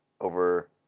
over